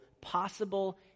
possible